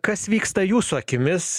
kas vyksta jūsų akimis